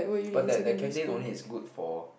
but that that canteen only is good for